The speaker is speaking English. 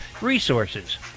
resources